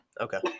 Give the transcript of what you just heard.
Okay